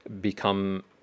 become